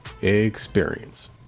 experience